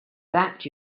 that